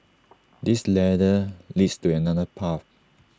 this ladder leads to another path